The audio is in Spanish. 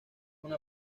una